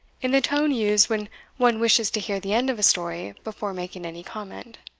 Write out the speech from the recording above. in the tone used when one wishes to hear the end of a story before making any comment.